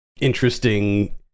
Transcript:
interesting